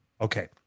Okay